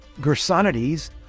Gersonides